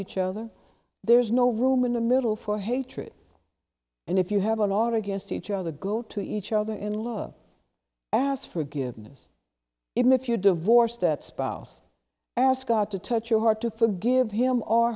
each other there's no room in the middle for hatred and if you have a lot against each other go to each other in love ask forgiveness even if you divorce that spouse ask god to touch your heart to forgive him or